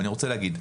ואני רוצה להגיד,